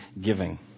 giving